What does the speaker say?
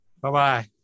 Bye-bye